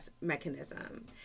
mechanism